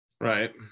Right